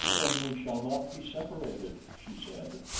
then we shall not be separated, she said,